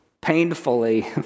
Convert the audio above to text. painfully